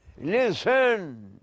listen